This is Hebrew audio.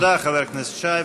תודה, חבר הכנסת שי.